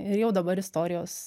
ir jau dabar istorijos